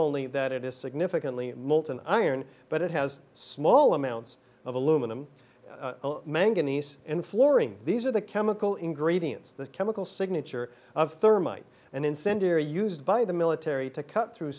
only that it is significantly molten iron but it has small amounts of aluminum manganese in flooring these are the chemical ingredients that chemical signature of thermite and incendiary used by the military to cut through